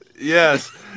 Yes